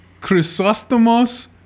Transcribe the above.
Chrysostomos